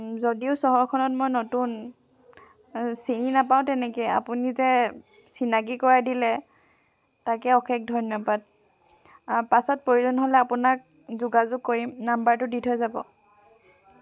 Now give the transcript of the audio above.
যদিও চহৰখনত মই নতুন চিনি নেপাওঁ তেনেকৈ আপুনি যে চিনাকি কৰাই দিলে তাকে অশেষ ধন্যবাদ পাছত প্ৰয়োজন হ'লে আপোনাক যোগাযোগ কৰিম নাম্বাৰটো দি থৈ যাব